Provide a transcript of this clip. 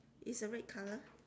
it's a red colour